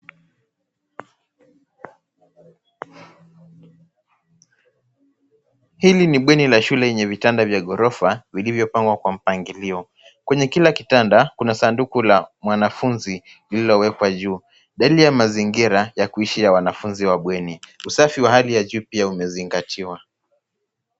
Hili ni bweni la shule yenye vitanda vya gorofa vilivyopangwa kwa mpangilio ,kwenye kila kitanda kuna sanduku la mwanafunzi lililowekwa juu ,dalili ya mazingira ya kuishi wanafunzi wa bweni usafi wa hali ya juu pia umezingatiwa.